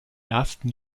ersten